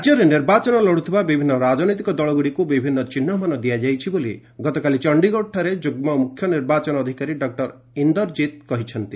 ରାଜ୍ୟରେ ନିର୍ବାଚନ ଲଢ଼ୁଥିବା ବିଭିନ୍ନ ରାଜନୈତିକ ଦଳଗୁଡ଼ିକୁ ବିଭିନ୍ନ ଚିହ୍ନମାନ ଦିଆଯାଇଛି ବୋଲି ଗତକାଲି ଚଣ୍ଡିଗଡ଼ଠାରେ ଯୁଗ୍ମ ମୁଖ୍ୟ ନିର୍ବାଚନ ଅଧିକାରୀ ଡକ୍କର ଇନ୍ଦର କ୍ରିତ୍ କହିଛନ୍ତି